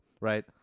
Right